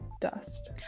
dust